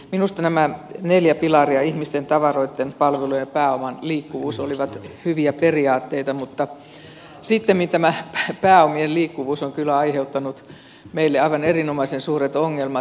minusta nämä neljä pilaria ihmisten tavaroitten palvelujen ja pääoman liikkuvuus olivat hyviä periaatteita mutta sittemmin tämä pääomien liikkuvuus on kyllä aiheuttanut meille aivan erinomaisen suuret ongelmat